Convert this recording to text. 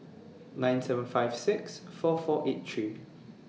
nine seven five six four four eight three